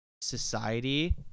society